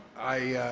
i,